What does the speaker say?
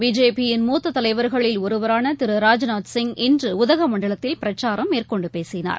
பிஜேபியின் மூத்ததலைவர்களில் ஒருவரானதிரு ராஜ்நாத் சிங் இன்றுஉதகமண்டலத்தில் பிரச்சாரம் மேற்கொண்டுபேசினார்